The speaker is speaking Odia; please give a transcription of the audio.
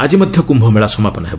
ଆଜି ମଧ୍ୟ କ୍ୟୁମେଳା ସମାପନ ହେବ